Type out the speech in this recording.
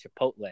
Chipotle